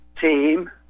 team